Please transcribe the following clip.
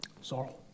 Sorrow